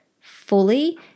fully